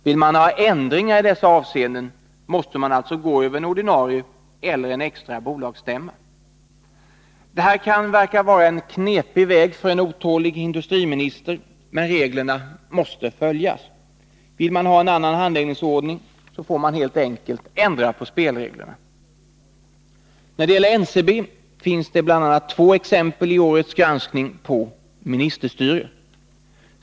Vill man ha ändringar i dessa avseenden måste man alltså gå över en ordinarie eller extra bolagsstämma. Detta kan verka vara en knepig väg för en otålig industriminister, men reglerna måste följas. Vill man ha en annan handläggningsordning får man helt enkelt ändra på spelreglerna. När det gäller NCB finns det i årets granskning bl.a. två exempel på ministerstyre.